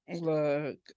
look